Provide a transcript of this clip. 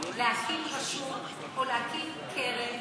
להקים רשות או להקים קרן